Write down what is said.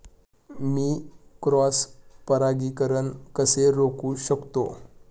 मी cross परागीकरण कसे रोखू शकतो?